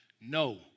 No